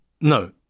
no